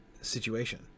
situation